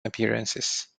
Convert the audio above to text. appearances